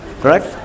correct